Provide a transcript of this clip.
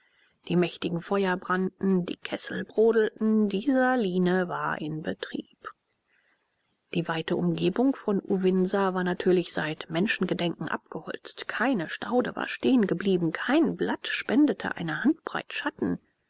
die mächtigen feuer brannten die kessel brodelten die saline war in betrieb die weite umgebung von uvinsa war natürlich seit menschengedenken abgeholzt keine staude war stehen geblieben kein blatt spendete eine handbreit schatten